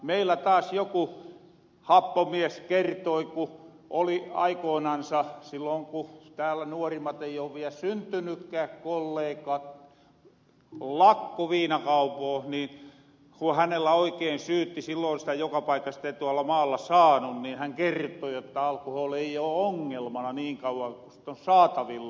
meillä taas joku happomies kertoi ku oli aikoonansa sillo ku täällä nuorimmat ei o viel syntynykkää kolleekat lakko viinakaupoos nii ku hänellä oikein syytti silloon sitä joka paikasta ei tuolla maalla saanu niin hän kerto jotta alkohooli ei oo ongelmana niin kauan ku sitä on saatavilla